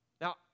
Now